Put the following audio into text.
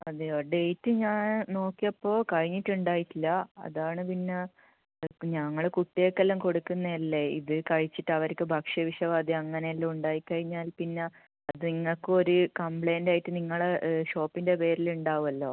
അതെയോ ഡേറ്റ് ഞാൻ നോക്കിയപ്പോൾ കഴിഞ്ഞിട്ടുണ്ടായിട്ടില്ല അതാണ് പിന്നെ അത് ഇപ്പം ഞങ്ങൾ കുട്ടികൾക്കെല്ലാം കൊടുക്കുന്നതല്ലേ ഇത് കഴിച്ചിട്ട് അവർക്ക് ഭക്ഷ്യ വിഷബാധയോ അങ്ങനെ എല്ലാം ഉണ്ടായിക്കഴിഞ്ഞാൽ പിന്നെ അത് നിങ്ങൾക്കു ഒരു കംപ്ലയിൻ്റായിട്ട് നിങ്ങൾ ഷോപ്പിൻ്റെ പേരിൽ ഉണ്ടാവുമല്ലോ